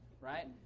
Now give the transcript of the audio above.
right